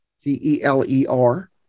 C-E-L-E-R